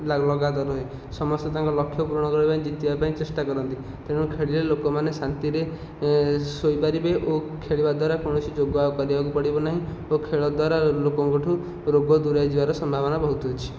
ଲାଗୁ ରହିଥାଏ ସମସ୍ତେ ତାଙ୍କ ଲକ୍ଷ ପୁରଣ କରିବା ପାଇଁ ଜିତିବା ପାଇଁ ଚେଷ୍ଟା କରନ୍ତି ତେଣୁ ଖେଳିଲେ ଲୋକମାନେ ଶାନ୍ତିରେ ଶୋଇ ପାରିବେ ଓ ଖେଳିବା ଦ୍ୱାରା କୌଣସି ଯୋଗ ଆଉ କରିବାକୁ ପଡ଼ିବ ନାହିଁ ଓ ଖେଳ ଦ୍ୱାରା ଲୋକଙ୍କଠୁ ରୋଗ ଦୂରେଇ ଯିବାର ସମ୍ଭାବନା ବହୁତ ଅଛି